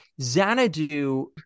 Xanadu